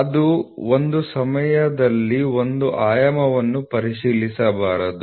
ಅದು ಒಂದು ಸಮಯದಲ್ಲಿ ಒಂದು ಆಯಾಮವನ್ನು ಪರಿಶೀಲಿಸಬಾರದು